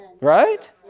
Right